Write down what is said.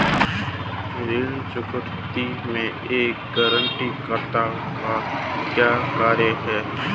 ऋण चुकौती में एक गारंटीकर्ता का क्या कार्य है?